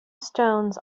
stones